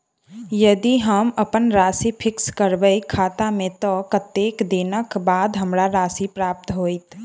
यदि हम अप्पन राशि फिक्स करबै खाता मे तऽ कत्तेक दिनक बाद हमरा राशि प्राप्त होइत?